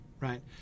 Right